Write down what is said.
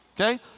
Okay